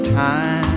time